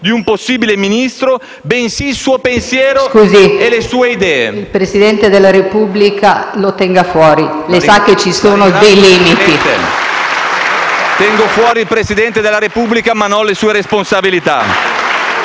di un possibile Ministro, bensì il suo pensiero e le sue idee...